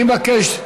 אני מבקש,